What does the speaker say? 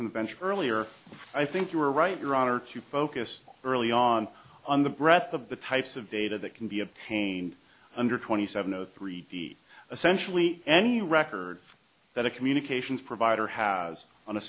from the bench earlier i think you were right your honor to focus early on on the breath of the types of data that can be obtained under twenty seven zero three d essentially any record that a communications provider has on a